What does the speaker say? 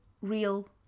real